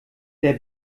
der